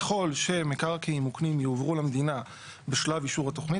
ככל שמקרקעין מוקנים יועברו למדינה בשלב אישור התוכנית,